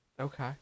Okay